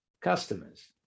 customers